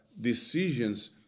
decisions